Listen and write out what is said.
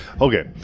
Okay